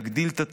יגדיל את התחרות,